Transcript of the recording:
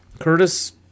Curtis